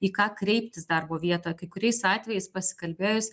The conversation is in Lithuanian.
į ką kreiptis darbo vietoje kai kuriais atvejais pasikalbėjus